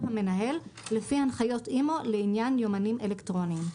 המנהל לפי הנחיות אימ"ו לעניין יומנים אלקטרוניים.